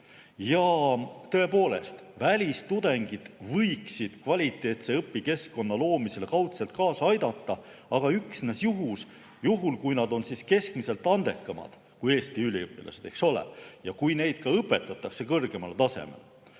Tõepoolest, välistudengid võiksid kvaliteetse õpikeskkonna loomisele kaudselt kaasa aidata, aga üksnes juhul, kui nad on keskmiselt andekamad kui Eesti üliõpilased ja kui neid ka õpetatakse kõrgemal tasemel.